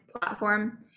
platform